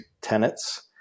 tenets